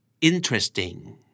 Interesting